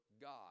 God